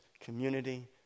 community